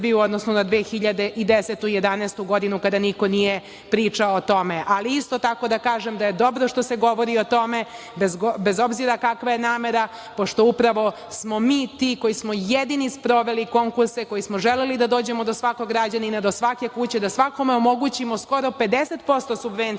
odnosu na 2010. i 2011. godinu kada niko nije pričao o tom. Isto tako da kažem, da je dobro što se govori o tome, bez obzira kakva je namera pošto smo mi ti koji smo jedini sproveli konkurse, kojima smo želeli da dođemo do svakog građanina, do svake kuće da svakome omogućimo skoro 50% subvencija